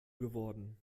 geworden